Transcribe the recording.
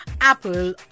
Apple